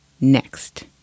next